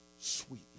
Sweetness